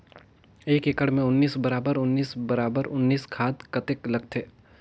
एक एकड़ मे उन्नीस बराबर उन्नीस बराबर उन्नीस खाद कतेक लगथे?